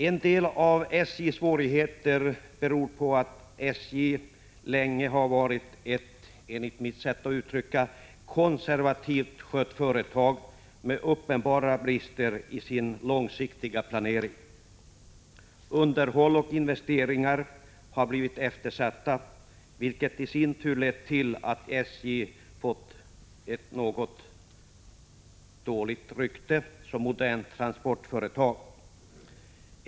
En del av SJ:s svårigheter beror på att SJ länge har varit ett— enligt mitt sätt att uttrycka det — mycket konservativt skött företag med uppenbara brister i sin långsiktiga planering. Underhåll och investeringar har blivit eftersatta, vilket lett till att SJ fått ett något dåligt rykte som modernt transportföretag.